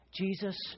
Jesus